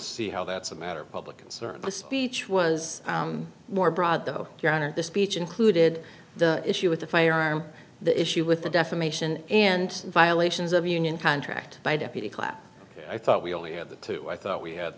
see how that's a matter of public concern the speech was more broad though your honor the speech included the issue with the firearm the issue with the defamation and violations of union contract by deputy class i thought we only have the two i thought we had